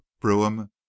Brougham